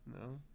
No